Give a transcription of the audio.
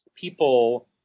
people